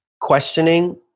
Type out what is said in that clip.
questioning